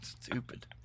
Stupid